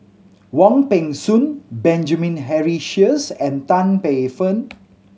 Wong Peng Soon Benjamin Henry Sheares and Tan Paey Fern